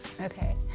Okay